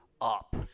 up